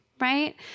right